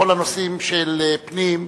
בכל הנושאים של פנים,